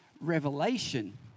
revelation